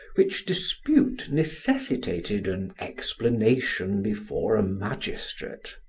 which dispute necessitated an explanation before a magistrate.